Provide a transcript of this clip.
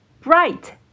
Bright